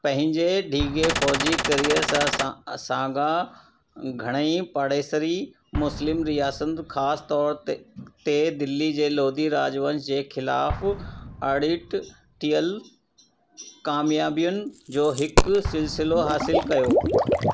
पंहिंजे डिघे फ़ौजी करियर में सां असां खां घणई पड़ेसरी मुस्लिम रियासतुनि ख़ासतौरु ते दिल्ली जे लोधी राजवंश जे ख़िलाफ अणिटियल कामयाबियुनि जो हिकु सिलसिलो हासिलु कयो